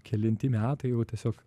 kelinti metai jau tiesiog